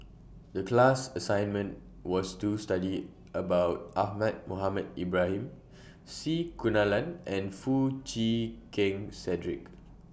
The class assignment was to study about Ahmad Mohamed Ibrahim C Kunalan and Foo Chee Keng Cedric